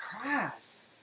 cries